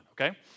okay